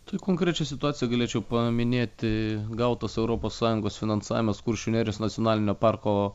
tai konkrečią situaciją galėčiau paminėti gautas europos sąjungos finansuojamas kuršių nerijos nacionalinio parko